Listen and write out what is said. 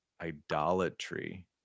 idolatry